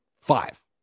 five